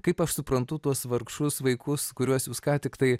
kaip aš suprantu tuos vargšus vaikus kuriuos jūs ką tik tai